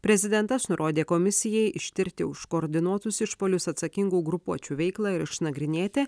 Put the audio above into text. prezidentas nurodė komisijai ištirti už koordinuotus išpuolius atsakingų grupuočių veiklą ir išnagrinėti